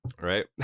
Right